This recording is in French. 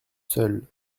seule